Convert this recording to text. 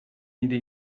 nire